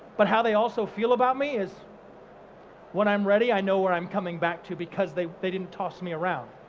but how they also feel about me is when i'm ready i know where i'm coming back to because they they didn't toss me around.